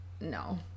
no